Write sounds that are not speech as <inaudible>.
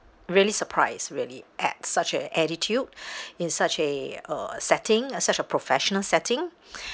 really surprised really at such a attitude <breath> in such a uh setting at such a professional setting